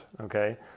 okay